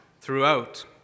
throughout